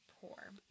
pour